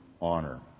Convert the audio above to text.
honor